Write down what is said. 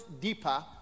deeper